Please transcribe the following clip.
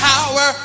Power